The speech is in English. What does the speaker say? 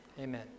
Amen